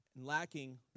lacking